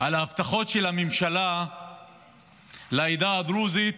על ההבטחות של הממשלה לעדה הדרוזית